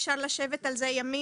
אפשר לשבת על זה ימים,